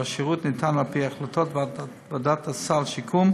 והשירות ניתן על פי החלטת ועדת סל שיקום